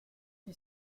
qui